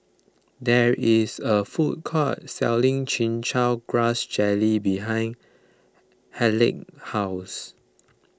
there is a food court selling Chin Chow Grass Jelly behind Haleigh's house